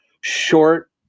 short